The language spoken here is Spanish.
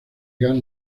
gas